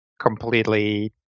Completely